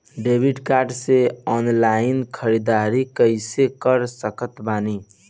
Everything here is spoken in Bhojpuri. डेबिट कार्ड से ऑनलाइन ख़रीदारी कैसे कर सकत बानी?